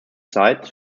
site